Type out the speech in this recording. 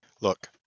Look